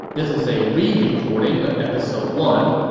this is a re-recording of episode one.